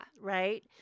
Right